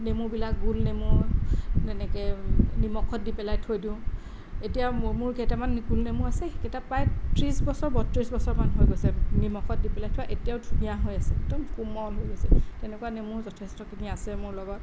নেমুবিলাক গুলনেমু তেনেকে নিমখত দি পেলাই থৈ দিওঁ এতিয়া মোৰ মোৰ কেইটামান গুলনেমু আছে সেইকেইটা প্ৰায় ত্ৰিছ বছৰ বত্ৰিছ বছৰমান হৈ গৈছে নিমখত দি পেলাই থোৱা এতিয়াও ধুনীয়া হৈ আছে একদম কোমল হৈ গৈছে তেনেকুৱা নেমু যথেষ্টখিনি আছে মোৰ লগত